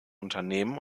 unternehmen